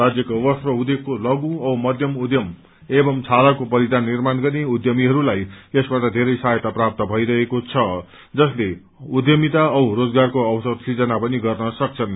राज्यको वस्त्र उध्योगको लषु औ मध्यम उध्यम एवं छालाको परिधान निर्माण गर्ने उध्यमीहरूलाई यसबाट बेरै सहायता प्राप्त भईरहेको छ जसले उध्यमिता औ रोजगारको अवसर सृजना पनि गर्न सम्छन्